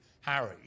Harry